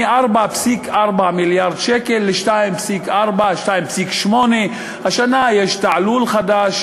מ-4.4 מיליארד שקל ל-2.4 2.8. השנה יש תעלול חדש,